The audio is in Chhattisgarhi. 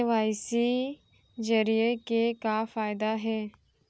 के.वाई.सी जरिए के का फायदा हे?